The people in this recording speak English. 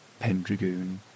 Pendragoon